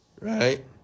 Right